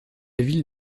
ville